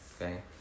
Okay